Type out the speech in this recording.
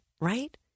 right